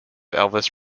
elvis